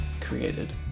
created